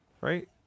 right